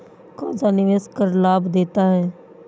कौनसा निवेश कर लाभ देता है?